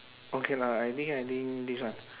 okay lah I think I think this one